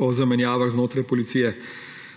o zamenjavah znotraj policije.